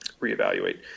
reevaluate